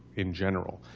in general.